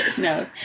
No